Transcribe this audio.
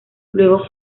luego